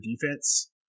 defense